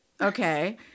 Okay